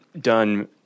done